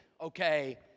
okay